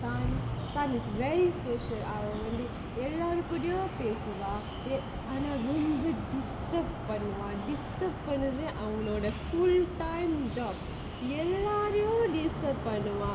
sun sun is very social அவ வந்து எல்லாரு கூடயும் பேசுவான் ஆனா ரொம்ப:ava vanthu ellaaru koodayum pesuvaan aanaa romba disturb பண்ணுவான்:pannuvaan disturb பண்ணது அவனோட:pannathu avanoda full time job எல்லாரையும்:ellaaraiyum disturb பண்ணுவான்:pannuvaan